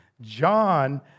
John